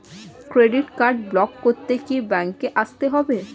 Credit card block করতে কি ব্যাংকে আসতে হবে?